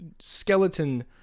skeleton